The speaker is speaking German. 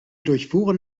durchfuhren